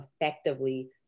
effectively